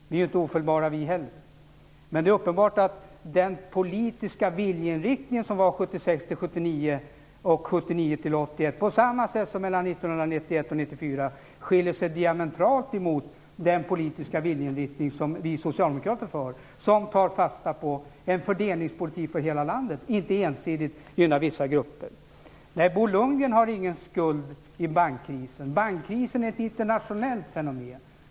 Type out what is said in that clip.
Vi är inte ofelbara, vi heller. Men det är uppenbart att den politiska viljeinriktning som fanns 1976-1979 och 1979-1981 på samma sätt som mellan 1991 och 1994 skiljer sig diametralt från den politiska viljeinriktning vi socialdemokrater har. Den tar fasta på en fördelningspolitik för hela landet som inte ensidigt gynnar vissa grupper. Bo Lundgren har ingen skuld i bankkrisen. Bankkrisen är ett internationellt fenomen.